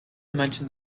mentioned